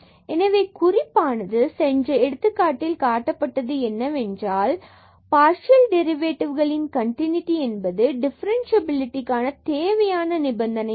எனவே குறிப்பானது சென்ற எடுத்துக்காட்டில் காட்டப்பட்டது என்னவென்றால் பார்சியல் டெரிவேட்டிவ்களின் கண்டினூட்டி என்பது டிஃபரன்ஸ்சியபிலிடிகான தேவையான நிபந்தனை அல்ல